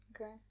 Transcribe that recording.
Okay